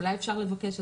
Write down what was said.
אולי אפשר לבקש,